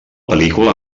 pel·lícula